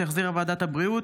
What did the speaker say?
שהחזירה ועדת הבריאות.